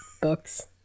books